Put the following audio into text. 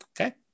Okay